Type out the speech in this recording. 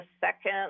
second